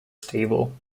stable